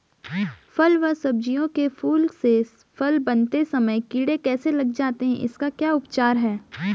फ़ल व सब्जियों के फूल से फल बनते समय कीड़े कैसे लग जाते हैं इसका क्या उपचार है?